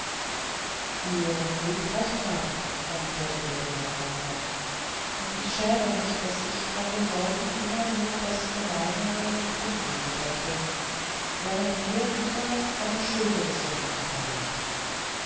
ihr mögt recht haben erwiderte der junge kaufmann und ich schäme mich daß ich von den leuten nur immer das gemeinere und unedle denke während ihr lieber eine schöne gesinnung unterlegt